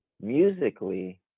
musically